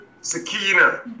Sakina